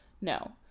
no